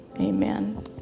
amen